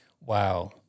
Wow